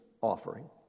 offering